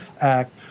Act